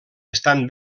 estan